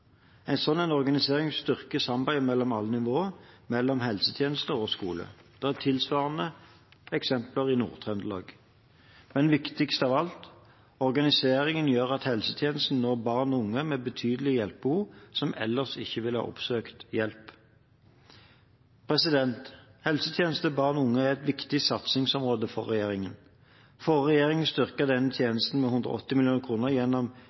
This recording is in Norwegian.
En slik organisering styrker samarbeidet mellom alle nivåer og mellom helsetjenesten og skolen. Det er tilsvarende eksempler i Nord-Trøndelag. Men viktigst av alt: Organiseringen gjør at helsetjenesten når barn og unge med betydelige hjelpebehov som ellers ikke ville ha oppsøkt hjelp. Helsetjenester til barn og unge er et viktig satsingsområde for regjeringen. Forrige regjering styrket denne tjenesten med rundt 180 mill. kr gjennom